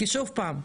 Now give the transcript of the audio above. כי שוב פעם,